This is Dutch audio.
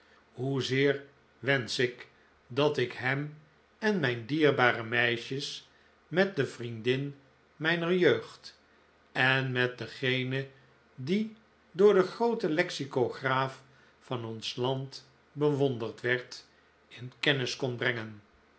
hoezeer wensch ik dat ik hem en mijn dierbare meisjes met de vriendin mijner jeugd en met degene die door den grooten lexicograaph van ons land bewonderd werd in kennis kon brengen